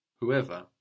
whoever